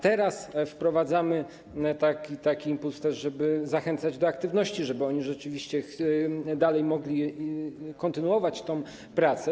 Teraz wprowadzamy taki impuls, żeby zachęcać do aktywności, żeby oni rzeczywiście dalej mogli kontynuować pracę.